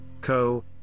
Co